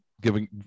giving